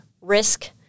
risk